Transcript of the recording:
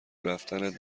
رفتنت